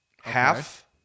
half